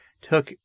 took